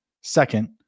second